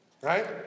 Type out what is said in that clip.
right